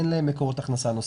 אין להם מקורות הכנסה נוספים.